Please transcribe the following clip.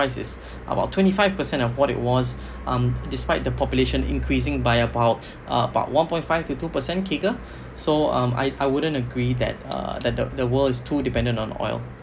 is about twenty five percent of what it was um despite the population increasing by about um about one point five to two percent so um I I wouldn't agree that uh that the world is too dependent on oil